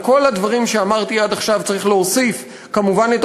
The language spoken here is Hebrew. על כל הדברים שאמרתי עד עכשיו צריך להוסיף כמובן את